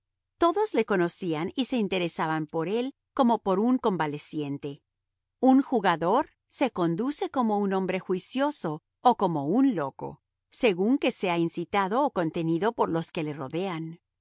todos le conocían y se interesaban por él como por un convaleciente un jugador se conduce como un hombre juicioso o como un loco según que sea incitado o contenido por los que le rodean